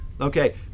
Okay